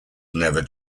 never